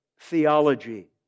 Theology